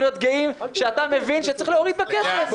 להיות גאים שאתה מבין שצריך להוריד בכסף.